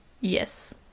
Yes